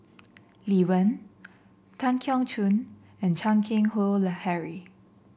Lee Wen Tan Keong Choon and Chan Keng Howe Harry